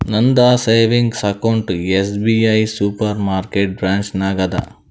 ನಂದ savings account SBI supermarket branch ನಾಗ್ ಅದಾ